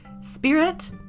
spirit